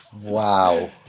Wow